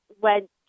went